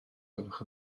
gwelwch